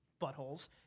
buttholes